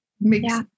makes